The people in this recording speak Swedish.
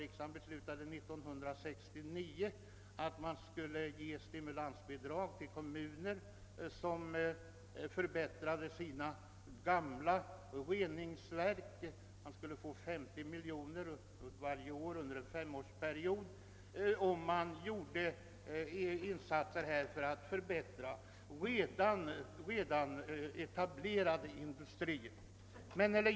Riksdagen beslutade 1969 att stimulansbidrag om 50 miljoner kronor skulle anslås nu varje år under en femårsperiod till stöd för insatser för vattenoch luftvårdande åtgärder inom redan etablerade industrier.